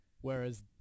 Whereas